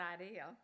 idea